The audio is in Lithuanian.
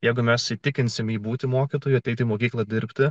jeigu mes įtikinsime jį būti mokytoju ateiti į mokyklą dirbti